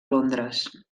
londres